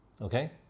okay